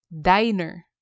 Diner